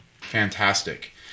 Fantastic